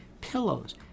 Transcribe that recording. pillows